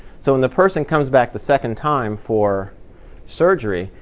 so when the person comes back the second time for surgery,